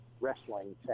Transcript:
Wrestling